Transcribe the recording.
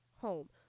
home